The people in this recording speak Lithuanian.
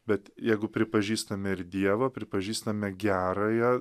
bet jeigu pripažįstame ir dievą pripažįstame gerąją